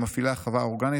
מפעילי החווה האורגנית,